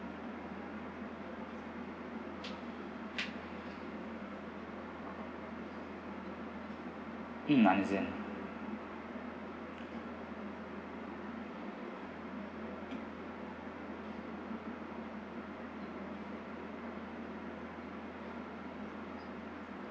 mm understand